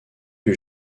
que